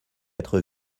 être